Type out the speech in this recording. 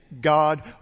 God